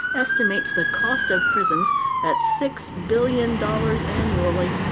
estimates the cost of prisons at six billion dollars annually,